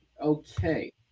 okay